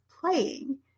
playing